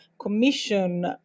commission